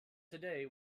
today